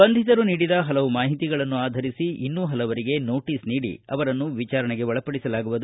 ಬಂಧಿತರು ನೀಡಿದ ಹಲವು ಮಾಹಿತಿಗಳನ್ನು ಆಧರಿಸಿ ಇನ್ನೂ ಹಲವರಿಗೆ ನೋಟಿಸ್ ನೀಡಿ ಅವರನ್ನು ವಿಚಾರಣೆಗೆ ಒಳಪಡಿಸಲಾಗುವುದು